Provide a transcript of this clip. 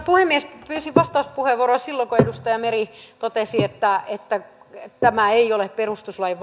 puhemies pyysin vastauspuheenvuoroa silloin kun edustaja meri totesi että että tämä esitys ei ole perustuslain